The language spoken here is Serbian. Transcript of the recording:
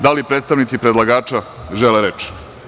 Da li predstavnici predlagača žele reč?